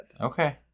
Okay